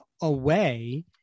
away